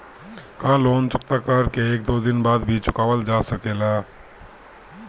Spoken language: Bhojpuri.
का लोन चुकता कर के एक दो दिन बाद भी चुकावल जा सकेला?